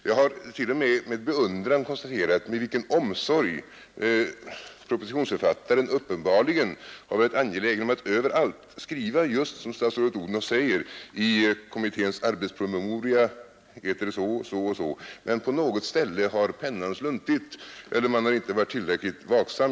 Jag har t.o.m. med beundran konstaterat med vilken omsorg propositionsförfattaren uppenbarligen har varit angelägen om att överallt skriva just som statsrådet Odhnoff säger — att i kommitténs arbetspromemoria heter det så och så. Men på några ställen har pennan sluntit — eller har man inte varit tillräckligt vaksam.